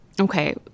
okay